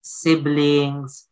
siblings